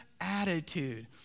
attitude